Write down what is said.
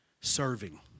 Serving